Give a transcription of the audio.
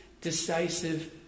decisive